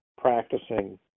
practicing